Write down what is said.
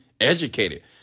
educated